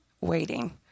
waiting